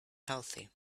healthy